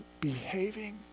behaving